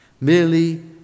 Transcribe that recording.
Merely